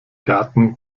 garten